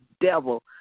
devil